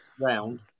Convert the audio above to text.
Round